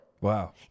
wow